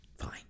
Fine